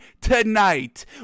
tonight